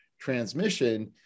transmission